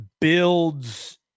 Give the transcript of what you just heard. builds